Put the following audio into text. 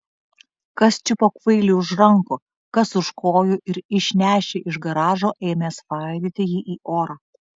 kas čiupo kvailį už rankų kas už kojų ir išnešę iš garažo ėmė svaidyti jį į orą